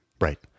Right